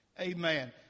Amen